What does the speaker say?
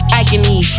agony